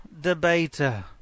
debater